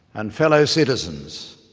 and fellow citizens.